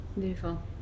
beautiful